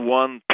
one